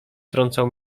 trącał